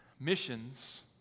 missions